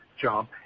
job